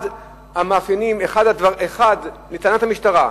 לטענת המשטרה,